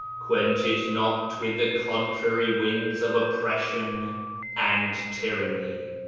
quench it not with the contrary winds of oppression and tyranny.